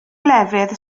lefydd